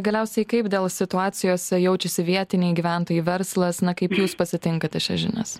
galiausiai kaip dėl situacijos jaučiasi vietiniai gyventojai verslas na kaip jūs pasitinkate šias žinias